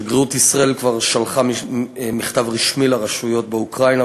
שגרירות ישראל כבר שלחה מכתב רשמי לרשויות באוקראינה,